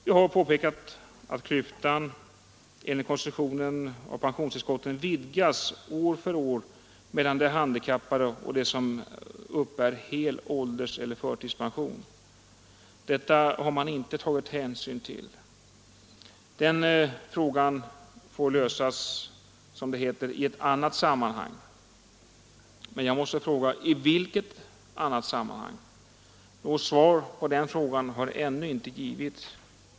Jag har påpekat att enligt pensionstillskottskonstruktionen klyftan vidgas år för år mellan de handikappade och dem som uppbär hel ålderseller förtidspension. Detta har man inte tagit hänsyn till, utan den frågan får lösas, som det heter ”i ett annat sammanhang”. Men jag måste fråga: I vilket annat sammanhang? Något svar på den frågan har ännu inte givits.